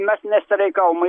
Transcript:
mes nestreikavom